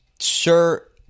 Sure